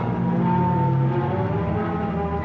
oh